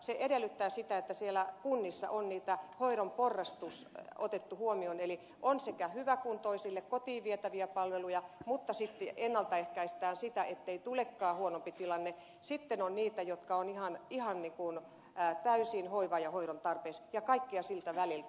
se edellyttää sitä että siellä kunnissa on hoidon porrastus otettu huomioon eli on sekä hyväkuntoisille kotiin vietäviä palveluja ja ennalta ehkäistään sitä ettei tulekaan huonompi tilanne ja sitten on niitä jotka ovat ihan täysin hoivan ja hoidon tarpeessa ja kaikkea siltä väliltä